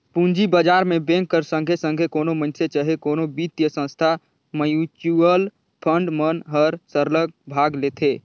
पूंजी बजार में बेंक कर संघे संघे कोनो मइनसे चहे कोनो बित्तीय संस्था, म्युचुअल फंड मन हर सरलग भाग लेथे